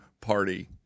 party